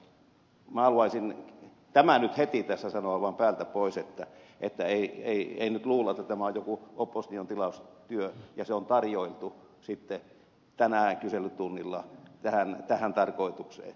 minä haluaisin tämän nyt heti tässä sanoa vaan päältä pois että ei nyt luulla että tämä on joku opposition tilaustyö ja se on tarjoiltu sitten tänään kyselytunnilla tähän tarkoitukseen